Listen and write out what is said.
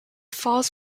falls